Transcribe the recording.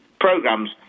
programs